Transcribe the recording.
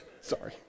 Sorry